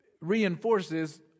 reinforces